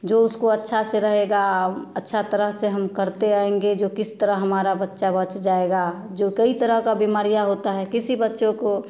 जो उसको अच्छा से रहेगा अच्छा तरह से हम करते आएँगे जो किस तरह हमारा बच्चा बच जाएगा जो कई तरह का बीमारियाँ होता है किसी बच्चे को